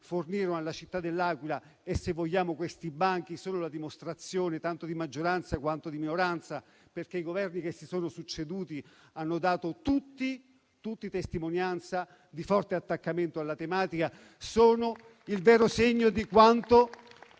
fornirono alla città dell'Aquila - che giunse anche da questi banchi, tanto dalla maggioranza quanto dalla minoranza, perché i Governi che si sono succeduti hanno dato tutti testimonianza di forte attaccamento alla tematica - è il vero segno di quanto